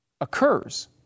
occurs